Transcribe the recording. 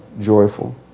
joyful